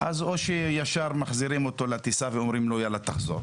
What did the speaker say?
או שישר מחזירים אותו לטיסה ואומרים לו לחזור